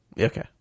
okay